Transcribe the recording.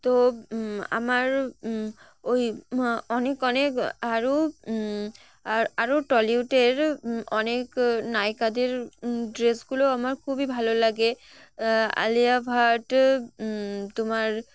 তো আমার ওই অনেক অনেক আরও আর আরও টলিউডের অনেক নায়িকাদের ড্রেসগুলো আমার খুবই ভালো লাগে আলিয়া ভাট তোমার